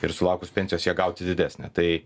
ir sulaukus pensijos ją gauti didesnę tai